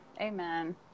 Amen